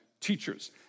teachers